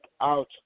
out